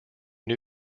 new